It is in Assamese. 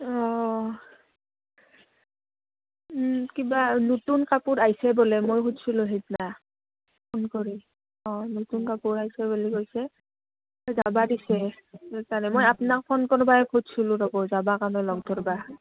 অঁ কিবা নতুন কাপোৰ আইছে বোলে মই সুধছিলোঁ সেইদিনা ফোন কৰি অঁ নতুন কাপোৰ আইছে বুলি কৈছে যাবা দিছে তালৈ মই আপোনাক ফোন কৰবাই খুজছিলোঁ ৰ'ব যাবা কাৰণে লগ ধৰবা